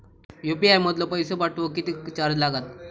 UPI मधलो पैसो पाठवुक किती चार्ज लागात?